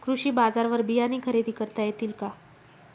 कृषी बाजारवर बियाणे खरेदी करता येतील का?